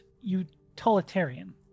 utilitarian